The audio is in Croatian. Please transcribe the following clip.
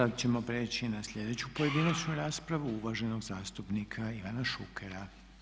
Sada ćemo prijeći na sljedeću pojedinačnu raspravu uvaženo zastupnik Ivana Šukera.